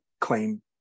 claim